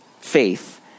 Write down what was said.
faith